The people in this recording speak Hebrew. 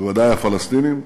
בוודאי הפלסטינים,